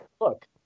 Look